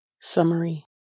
Summary